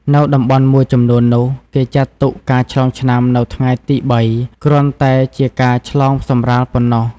នៅតំបន់មួយចំនួននោះ គេចាត់ទុកការឆ្លងឆ្នាំនៅថ្ងៃទី ៣ គ្រាន់តែជាការឆ្លងសម្រាលប៉ុណ្ណោះ។